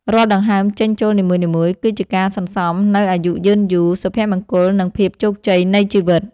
រាល់ដង្ហើមចេញចូលនីមួយៗ គឺជាការសន្សំនូវអាយុយឺនយូរ សុភមង្គល និងភាពជោគជ័យនៃជីវិត។